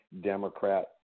Democrat